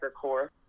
core